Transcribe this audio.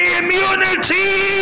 immunity